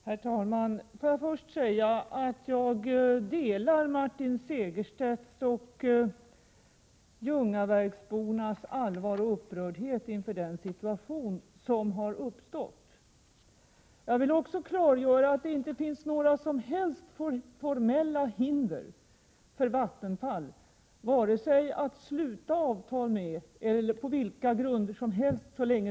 Herr talman! Jag delar Martin Segerstedts och ljungaverksbornas upprördhet över den situation som har uppstått. Jag vill också klargöra att det, så länge det sker på affärsmässigt riktiga grunder, inte finns några som helst formella hinder för Vattenfall vare sig att sluta avtal eller att avstå från att sluta avtal.